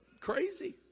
crazy